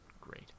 great